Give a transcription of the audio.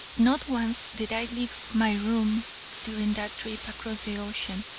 not once did i leave my room during that trip across the ocean,